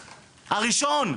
הראשון,